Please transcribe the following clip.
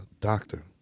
doctor